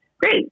Great